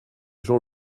jean